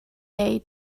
day